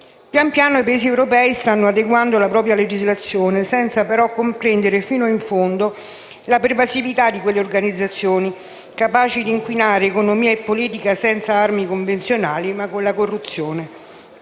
Pian piano i Paesi europei stanno adeguando la propria legislazione, senza però comprendere fino in fondo la pervasività di quelle organizzazioni, capaci di inquinare economia e politica senza armi convenzionali, ma con la corruzione.